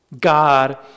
God